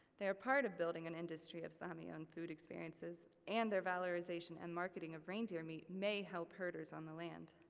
they are part of building an industry of sami owned food experiences, and their valorization and marketing of reindeer meat may help herders on the land,